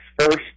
First